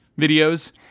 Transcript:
videos